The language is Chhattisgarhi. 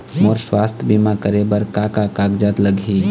मोर स्वस्थ बीमा करे बर का का कागज लगही?